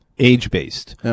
Age-based